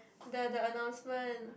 the the announcement